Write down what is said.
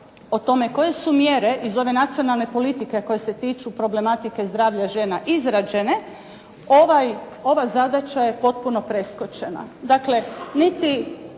o tome koje su mjere iz ove nacionalne politike koje se tiču problematike zdravlja žena izrađene ova zadaća je potpuno preskočena. Dakle, niti